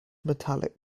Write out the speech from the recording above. metallic